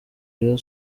rayon